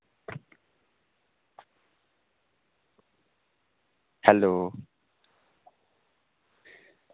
hello